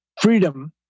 freedom